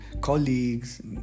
colleagues